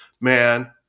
man